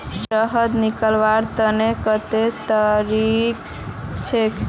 शहद निकलव्वार तने कत्ते तरीका छेक?